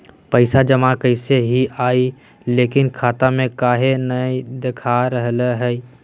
पैसा जमा कैले हिअई, लेकिन खाता में काहे नई देखा रहले हई?